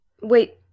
Wait